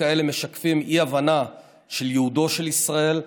כאלה משקפים אי-הבנה של ייעודו של ישראל,